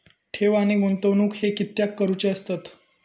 ठेव आणि गुंतवणूक हे कित्याक करुचे असतत?